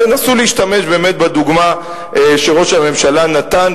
תנסו להשתמש באמת בדוגמה שראש הממשלה נתן,